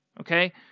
Okay